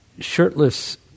Shirtless